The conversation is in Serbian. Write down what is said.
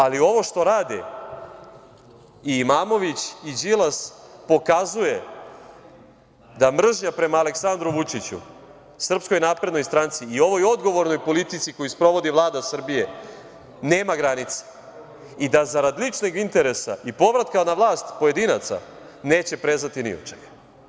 Ali, ovo što rade i Imamović i Đilas pokazuje da mržnja prema Aleksandru Vučiću, SNS i ovoj odgovornoj politici koju sprovodi Vlada Srbije nema granice i da zarad ličnog interesa i povratka na vlast pojedinaca neće prezati ni od čega.